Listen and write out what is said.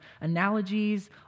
analogies